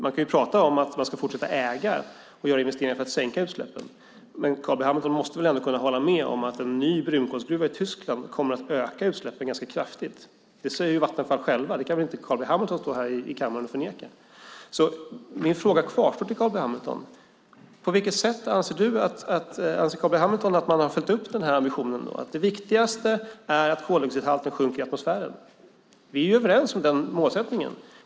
Man kan tala om att fortsätta äga och göra investeringar för att sänka utsläppen, men Carl B Hamilton måste väl kunna hålla med om att en ny brunkolsgruva i Tyskland kommer att öka utsläppen ganska kraftigt. Det säger Vattenfall självt, så det kan väl inte Carl B Hamilton stå här och förneka. Min fråga till Carl B Hamilton kvarstår. På vilket sätt anser Carl B Hamilton att man har följt upp ambitionen att det viktigaste är att koldioxidhalten i atmosfären sjunker? Vi är överens om målsättningen.